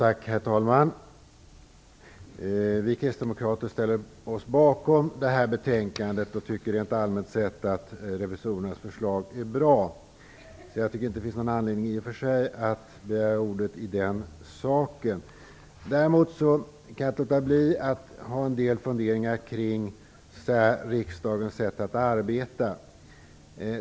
Herr talman! Vi kristdemokrater ställer oss bakom det här betänkandet och tycker allmänt sett att revisorernas förslag är bra. Jag tycker alltså inte att det i och för sig finns någon anledning att begära ordet i den saken. Däremot kan jag inte låta bli att ha en del funderingar kring riksdagens sätt att arbeta.